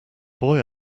boy